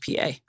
PA